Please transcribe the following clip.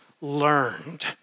learned